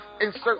insert